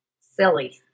silly